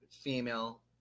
female